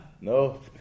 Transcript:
no